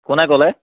কোনে ক'লে